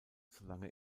solange